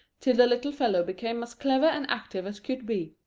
till the little fellow became as clever and active as could be,